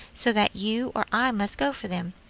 so that you or i must go for them.